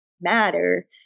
matter